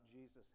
Jesus